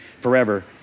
forever